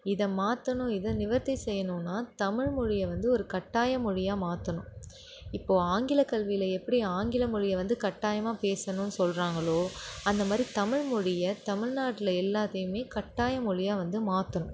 இதை மாற்றணும் இதை நிவர்த்தி செய்யணும்னால் தமிழ்மொழியை வந்து ஒரு கட்டாய மொழியாக மாற்றணும் இப்போது ஆங்கில கல்வியில் எப்படி ஆங்கில மொழியை வந்து கட்டாயமாக பேசணும்ன்னு சொல்கிறாங்களோ அந்த மாதிரி தமிழ் மொழியை தமிழ்நாட்டில் எல்லாத்தையுமே கட்டாய மொழியாக வந்து மாற்றணும்